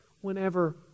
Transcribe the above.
whenever